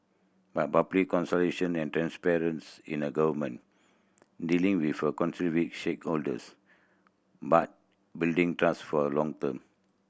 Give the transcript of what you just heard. but public consultation and transparency in the Government dealing with concerned stakeholders but building trust for a long term